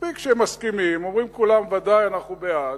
מספיק שמסכימים, אומרים כולם ודאי, אנחנו בעד,